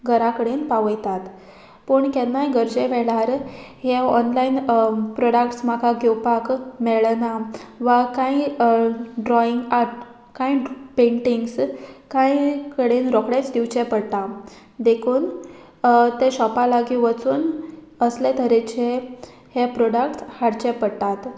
घरा कडेन पावयतात पूण केन्नाय गरजे वेळार हे ऑनलायन प्रोडाक्ट्स म्हाका घेवपाक मेळना वा कांय ड्रॉइंग आर्ट कांय पेंटिंग्स कांय कडेन रोकडेच दिवचे पडटा देखून तें शॉपा लागीं वचून असले तरेचे हे प्रोडाक्ट हाडचे पडटात